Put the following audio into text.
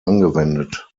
angewendet